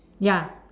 ya